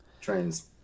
Trains